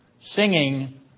singing